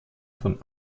von